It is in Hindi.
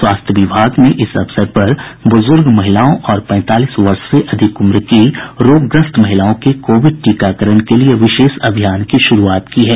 स्वास्थ्य विभाग ने इस अवसर पर ब्रज़ुर्ग महिलाओं और पैंतालीस वर्ष से अधिक उम्र की रोगग्रस्त महिलाओं के कोविड टीकाकरण के लिए विशेष अभियान की शुरूआत की है